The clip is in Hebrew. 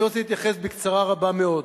אני רוצה להתייחס בקצרה רבה מאוד.